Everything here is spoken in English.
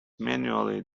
manually